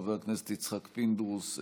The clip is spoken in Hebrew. חבר הכנסת יצחק פינדרוס,